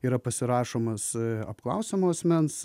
yra pasirašomas apklausiamo asmens